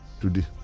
today